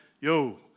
yo